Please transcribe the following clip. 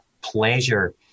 pleasure